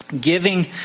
giving